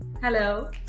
Hello